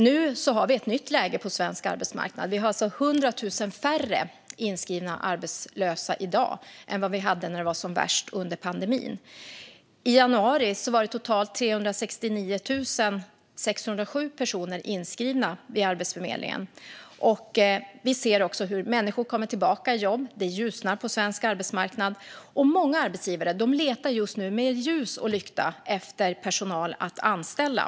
Nu har vi ett nytt läge på svensk arbetsmarknad. Vi har alltså 100 000 färre inskrivna arbetslösa i dag än vad vi hade när det var som värst under pandemin. I januari var det totalt 369 607 personer inskrivna vid Arbetsförmedlingen. Vi ser också hur människor kommer tillbaka i jobb. Det ljusnar på svensk arbetsmarknad, och många arbetsgivare letar just nu med ljus och lykta efter personal att anställa.